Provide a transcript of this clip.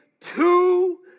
two